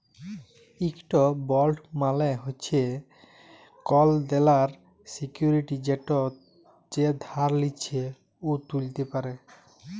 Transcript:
ইকট বল্ড মালে হছে কল দেলার সিক্যুরিটি যেট যে ধার লিছে উ তুলতে পারে